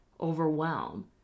overwhelm